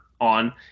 on –